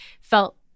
felt